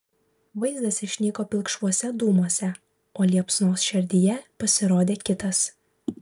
vaizdas išnyko pilkšvuose dūmuose o liepsnos šerdyje pasirodė kitas